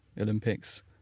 Olympics